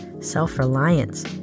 self-reliance